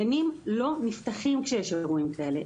גנים לא נפתחים כשיש אירועים כאלה.